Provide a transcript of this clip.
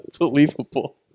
unbelievable